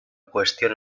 cuestión